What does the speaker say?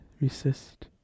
resist